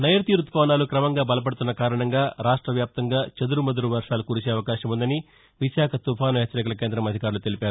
నైరుతీ ఋతుపవనాలు క్రమంగా బలపడుతున్న కారణంగా రాష్ట వ్యాప్తంగా చెదురుమదురు వర్టాలు కురిసే అవకాశం ఉందని విశాఖ తుఫాసు హెచ్చరికల కేంద్రం అధికారులు తెలిపారు